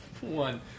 one